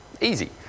Easy